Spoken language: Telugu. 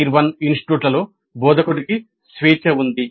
టైర్ 1 ఇన్స్టిట్యూట్లలో బోధకుడికి స్వేచ్ఛ ఉంది